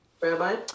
Rabbi